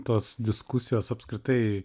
tos diskusijos apskritai